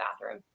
bathroom